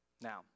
Now